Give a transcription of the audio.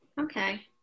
Okay